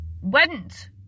went